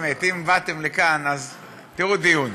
אם באתם לכאן, אז תראו דיון.